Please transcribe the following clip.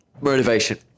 motivation